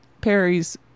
Perry's